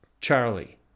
Charlie